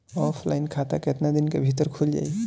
Offline खाता केतना दिन के भीतर खुल जाई?